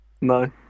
No